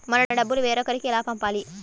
మన డబ్బులు వేరొకరికి ఎలా పంపాలి?